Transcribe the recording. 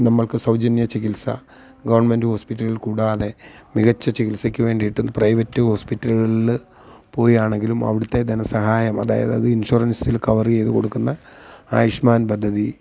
നമ്മള്ക്ക് സൗജന്യ ചികിത്സ ഗവണ്മെന്റ് ഹോസ്പിറ്റലുകൾ കൂടാതെ മികച്ച ചികിത്സയ്ക്ക് വേണ്ടിയിട്ട് പ്രൈവറ്റ് ഹോസ്പിറ്റല്കളിൽ പോയി ആണെങ്കിലും അവിടുത്തെ ധനസഹായം അതായത് അതിനെ ഇൻഷൂറന്സില് കവറ് ചെയ്തു കൊടുക്കുന്ന ആയുഷ്മാന് പദ്ധതി